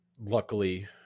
luckily